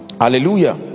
hallelujah